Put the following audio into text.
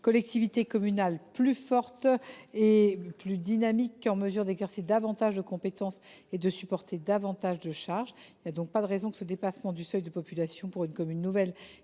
collectivités communales plus fortes et plus dynamiques, en mesure d’exercer davantage de compétences et de supporter plus de charges. Il n’y a donc pas de raison pour que ce dépassement du seuil de population par une commune nouvelle